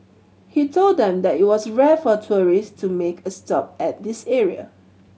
he told them that it was rare for tourist to make a stop at this area